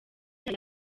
yaba